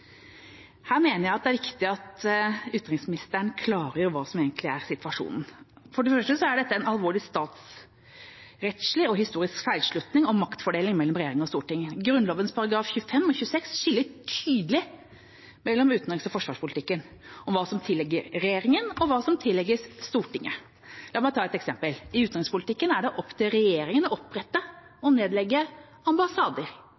Her mener jeg det er viktig at utenriksministeren klargjør hva som egentlig er situasjonen. For det første er dette en alvorlig statsrettslig og historisk feilslutning om maktfordelingen mellom regjering og storting. Grunnloven § 25 og § 26 skiller tydelig mellom utenrikspolitikken og forsvarspolitikken, om hva som tilligger regjeringen, og hva som tillegges Stortinget. La meg ta et eksempel: I utenrikspolitikken er det opp til regjeringen å opprette og nedlegge ambassader.